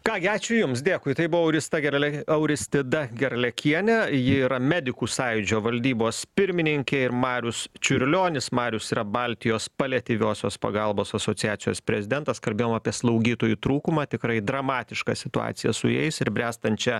ką gi ačiū jums dėkui tai buvo aurista gerlia auristida garliakienė ji yra medikų sąjūdžio valdybos pirmininkė ir marius čiurlionis marius yra baltijos paliatyviosios pagalbos asociacijos prezidentas kalbėjom apie slaugytojų trūkumą tikrai dramatišką situaciją su jais ir bręstančią